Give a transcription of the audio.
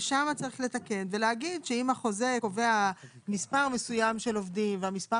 ושם צריך לתקן ולהגיד שאם החוזה קובע מספר מסוים של עובדים והמספר